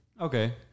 Okay